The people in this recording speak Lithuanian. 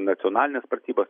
nacionalines pratybas